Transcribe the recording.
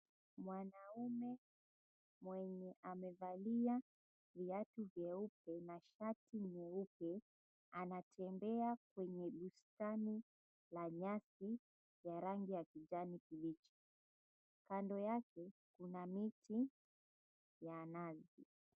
Mwanamme mwenye amevalia viatu vyeupe na shati nyeupe anatembea kwenye bustani la nyasi ya ya rangi ya kijani kibichi. Kando yake kuna miti ya nazi.